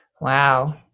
Wow